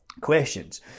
questions